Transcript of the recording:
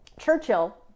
Churchill